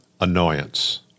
annoyance